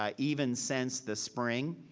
um even since the spring.